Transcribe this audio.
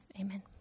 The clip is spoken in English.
Amen